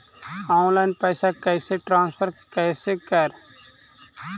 Online पैसा कैसे transfer कैसे कर?